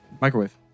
Microwave